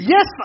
Yes